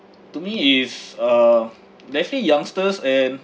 to me if uh definitely youngsters and